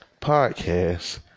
podcast